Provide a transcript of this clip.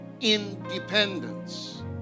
independence